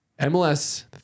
MLS